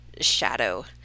shadow